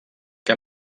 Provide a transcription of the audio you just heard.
que